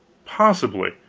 possibly.